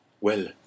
Well